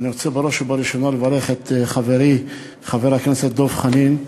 אני רוצה בראש ובראשונה לברך את חברי חבר הכנסת דב חנין.